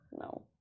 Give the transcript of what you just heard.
no